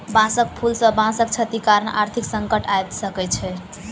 बांसक फूल सॅ बांसक क्षति कारण आर्थिक संकट आइब सकै छै